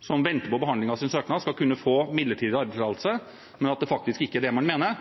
som venter på behandling av sin søknad, skal kunne få midlertidig arbeidstillatelse, men at det faktisk ikke er det man mener.